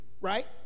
right